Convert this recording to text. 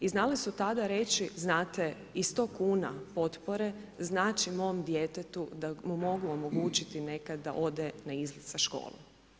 I znale su tada reći, znate i 100 kuna potpore znači mom djetetu da mu mogu omogućiti nekad da ode na izlet sa školom.